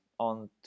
On